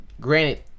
granted